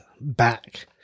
back